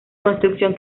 construcción